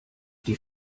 die